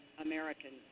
Americans